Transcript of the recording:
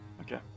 Okay